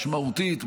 משמעותית,